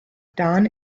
don